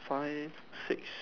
five six